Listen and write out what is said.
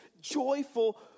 joyful